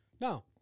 No